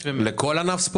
לכל ענף ספורט?